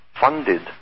funded